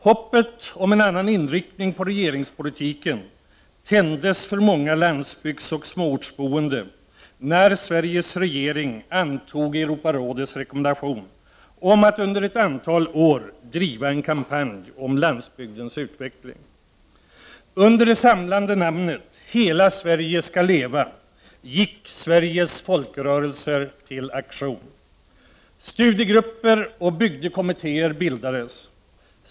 Hoppet om en annan inriktning på regeringspolitiken tändes för många landsbygdsoch småortsboende när Sveriges regering antog Europarådets rekommendation om att under ett antal år driva en kampanj om landsbygdens utveckling. Under det samlande namnet ”Hela Sverige skall leva” gick Sveriges folkrörelser till aktion. Studiegrupper och bygdekommittéer bildades.